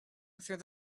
through